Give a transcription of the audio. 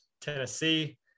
Tennessee